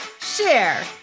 share